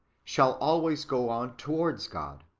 shall always go on towards god.